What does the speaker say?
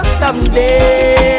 someday